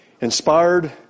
inspired